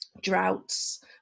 Droughts